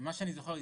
ממה שאני זוכר,